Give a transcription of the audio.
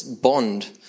bond